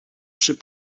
przy